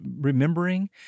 remembering